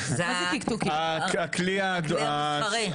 הכלי החשמלי.